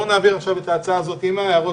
אני מציע שנעביר עכשיו את ההצעה, עם ההערות.